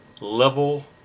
level